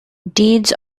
deeds